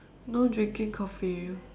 no drinking coffee